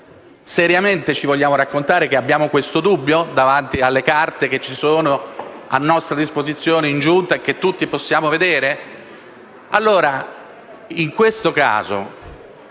Seriamente ci vogliamo raccontare di avere questo dubbio, davanti alle carte a nostra disposizione in Giunta e che tutti possiamo leggere?